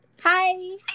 Hi